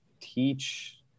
teach